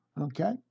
Okay